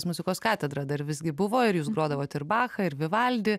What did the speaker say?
muzikos katedra dar visgi buvo ir jūs grodavote ir bachą ir vivaldį